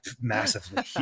massively